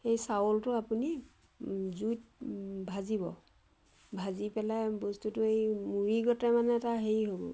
সেই চাউলটো আপুনি জুইত ভাজিব ভাজি পেলাই বস্তুটো এই মুড়িদৰে মানে এটা হেৰি হ'ব